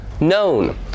known